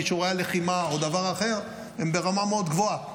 כישורי הלחימה או דבר אחר הם ברמה מאוד גבוהה,